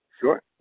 Sure